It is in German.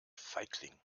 feigling